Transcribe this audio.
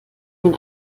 man